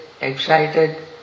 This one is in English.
excited